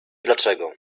dlaczego